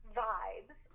vibes